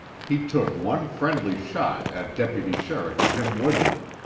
he took one friendly shot at deputy sheriff jim woodland,